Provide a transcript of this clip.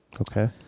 Okay